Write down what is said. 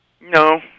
No